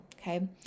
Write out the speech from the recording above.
Okay